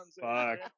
Fuck